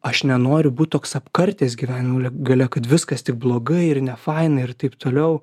aš nenoriu būt toks apkartęs gyvenimo gale kad viskas tik blogai ir nefaina ir taip toliau